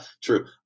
True